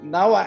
Now